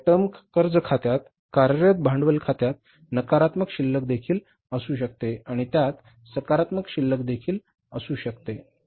तर या टर्म कर्ज खात्यात कार्यरत भांडवल खात्यात नकारात्मक शिल्लक देखील असू शकते आणि त्यात सकारात्मक शिल्लक देखील असू शकते